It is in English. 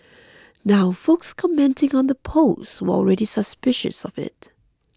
now folks commenting on the post were already suspicious of it